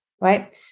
right